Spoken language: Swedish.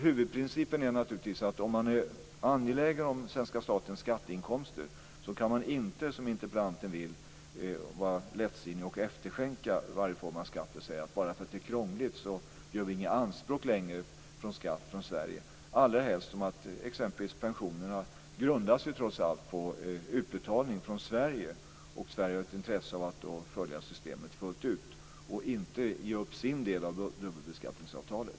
Huvudprincipen är naturligtvis att om man är angelägen om svenska statens skatteinkomster kan man inte - som interpellanten vill - vara lättsinnig och efterskänka varje form av skatter och säga att vi från Sverige, bara för att det är krångligt, inte längre gör några anspråk på skatt, allrahelst som pensionerna trots allt grundar sig på utbetalning från Sverige. Sverige har då ett intresse av att tillämpa systemet fullt ut och att inte ge upp sin del av dubbelbeskattningsavtalet.